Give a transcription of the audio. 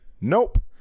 Nope